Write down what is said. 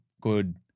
good